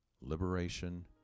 liberation